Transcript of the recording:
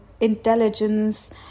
intelligence